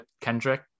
Kendrick